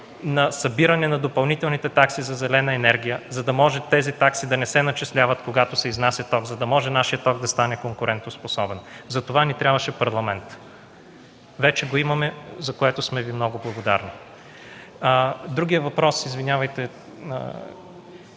на събиране на допълнителните такси за зелена енергия, за да може тези такси да не се начисляват, когато се изнася ток, и нашият ток да стане конкурентоспособен. Затова ни трябваше Парламент. Вече го имаме, за което сме Ви много благодарни. Другият въпрос, извинявайте